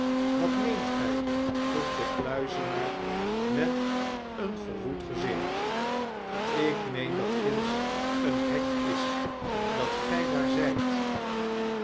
wat meent gy vroeg de kluizenaar met een verwoed gezicht jk meen dat ginds een hek is dat gy daar zyt